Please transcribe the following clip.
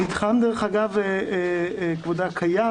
המתחם קיים.